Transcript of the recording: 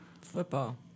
Football